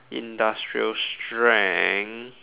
industrial strength